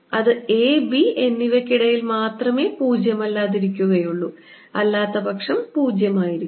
അത് a b എന്നിവയ്ക്കിടയിൽ മാത്രമേ പൂജ്യമല്ലാതിരിക്കുകയുള്ളൂ അല്ലാത്തപക്ഷം 0 ആയിരിക്കും